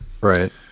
right